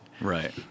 Right